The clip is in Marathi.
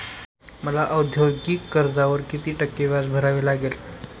मला औद्योगिक कर्जावर किती टक्के व्याज भरावे लागेल?